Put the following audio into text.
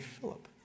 Philip